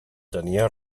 tenia